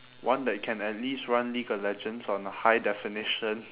one that can at least run league of legends on a high definition